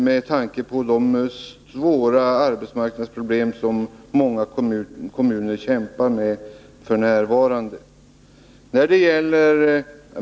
Med tanke på de svåra arbetsmarknadsproblem som många kommuner f. n. kämpar med vill vi gärna hoppas att det var en tillfällighet.